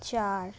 চার